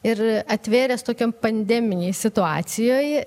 ir atvėręs tokiom pandeminėj situacijoj